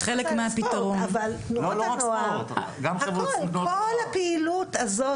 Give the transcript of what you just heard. אבל תנועות הנוער כל הפעילות הזאת,